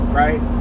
right